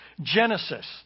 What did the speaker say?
Genesis